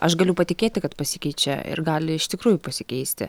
aš galiu patikėti kad pasikeičia ir gali iš tikrųjų pasikeisti